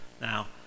Now